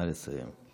אני אשב איתך.